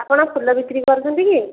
ଆପଣ ଫୁଲ ବିକ୍ରି କରୁଛନ୍ତି କି